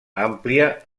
àmplia